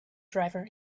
driver